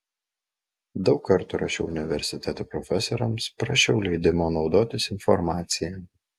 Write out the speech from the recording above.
daug kartų rašiau universitetų profesoriams prašiau leidimo naudotis informacija